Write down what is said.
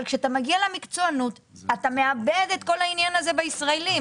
אבל כשאתה מגיע למקצוענות אתה מאבד את כל העניין הזה בישראלים,